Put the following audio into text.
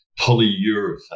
polyurethane